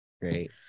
Great